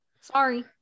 Sorry